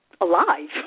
alive